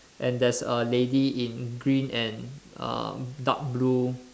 and there's a lady in green and uh dark blue